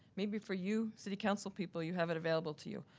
maybe for you city council people you have it available to you.